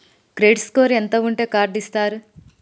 Credit score ఎంత ఉంటే card ఇస్తారు?